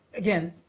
again,